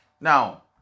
Now